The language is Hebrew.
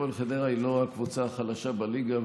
הפועל חדרה היא לא הקבוצה החלשה בליגה,